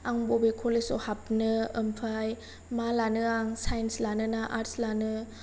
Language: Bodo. आं बबे कलेजआव हाबनो ओमफाय मा लानो आं साइन्स लानोना आर्टस लानो